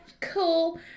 cool